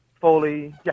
Foley